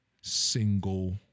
single